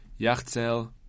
Yachzel